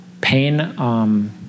pain